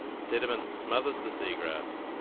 sediment smothers the seagrass,